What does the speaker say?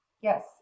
Yes